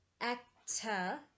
actor